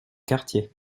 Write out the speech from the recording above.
quartiers